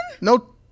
No